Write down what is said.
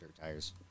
tires